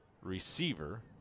receiver